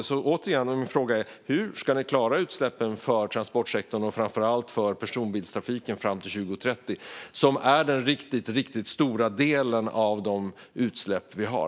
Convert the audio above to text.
Min fråga är - återigen: Hur ska ni klara minskningen av utsläppen från transportsektorn, och framför allt personbilstrafiken, fram till 2030? Detta är den riktigt, riktigt stora delen av de utsläpp vi har.